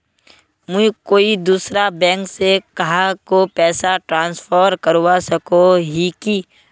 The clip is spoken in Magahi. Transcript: मुई कोई दूसरा बैंक से कहाको पैसा ट्रांसफर करवा सको ही कि?